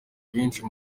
benshi